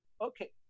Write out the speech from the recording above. okay